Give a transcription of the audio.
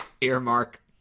Earmark